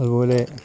അത്പോലെ